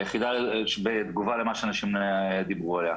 היחידה, בתגובה למה שאנשים דיברו עליה.